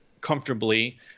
comfortably